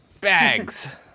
bags